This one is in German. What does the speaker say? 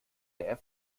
der